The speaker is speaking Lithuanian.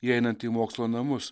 įeinant į mokslo namus